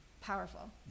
Powerful